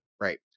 right